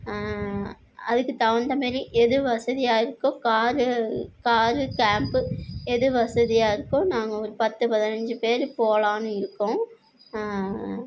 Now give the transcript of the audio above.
அதுக்குத் தகுந்தமாரி எது வசதியாக இருக்கோ காரு காரு கேப்பு எது வசதியாக இருக்கோ நாங்கள் ஒரு பத்து பதினஞ்சு பேரு போகலான்னு இருக்கோம்